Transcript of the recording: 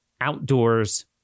outdoors